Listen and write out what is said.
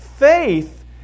Faith